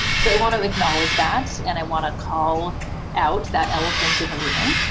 so i want to acknowledge that, and i want to call out that elephant in the room,